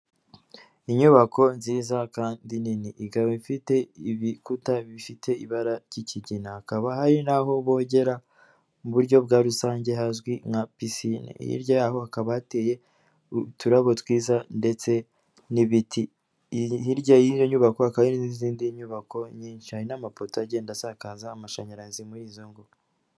Inyubako nziza kandi nini, ikaba ifite ibikuta bifite ibara ry'ikigina, hakaba hari naho bogera mu buryo bwa rusange huzwi nka pisine, hirya yaho hakaba hateye uturarabo twiza ndetse hirya y'iyo nyubako haka n'izindi nyubako nyinshi, hari n'amapoto agenda asakaza amashanyarazi muri izo ngo.